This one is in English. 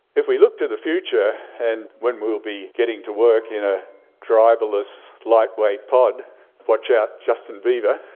if we look to the future, and when we'll be getting to work you know driverless lightweight pod watch out justin bieber